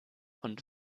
und